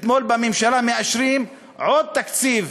ואתמול מאשרים בממשלה עוד קיצוץ